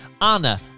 Anna